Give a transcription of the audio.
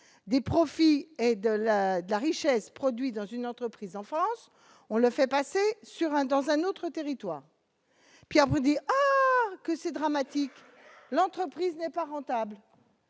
des profits et de la de la richesse produite dans une entreprise en France, on le fait passer sur un dans un autre territoire Pierre Body. Que c'est dramatique, l'entreprise n'est pas rentable et